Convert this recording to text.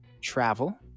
travel